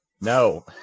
No